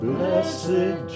Blessed